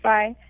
Bye